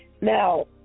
Now